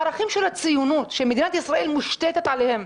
הערכים של הציונות, שמדינת ישראל מושתתת עליהם,